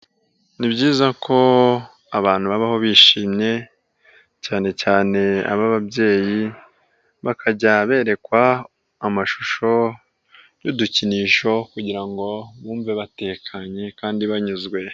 Ni byiza ko abantu babaho bishimye cyane cyane aba babyeyi bakajya berekwa amashusho y'udukinisho kugira ngo bumve batekanye kandi banyuzwe.